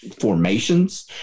formations